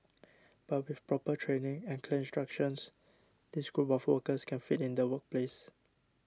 but with proper training and clear instructions this group of workers can fit in the workplace